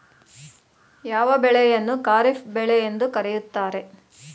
ಯಾವ ಬೆಳೆಯನ್ನು ಖಾರಿಫ್ ಬೆಳೆ ಎಂದು ಕರೆಯುತ್ತಾರೆ?